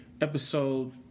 episode